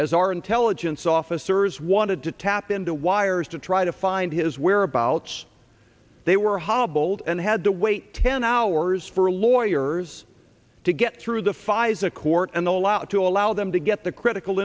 as our intelligence officers wanted to tap into wires to try to find his whereabouts they were hobbled and had to wait ten hours for lawyers to get through the pfizer court and the law to allow them to get the critical